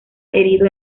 herido